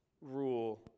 rule